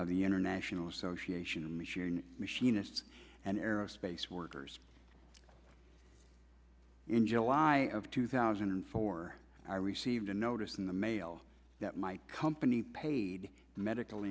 of the international association of machinists machinists and aerospace workers in july of two thousand and four i received a notice in the mail that my company paid medical